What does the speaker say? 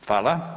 Hvala.